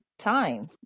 time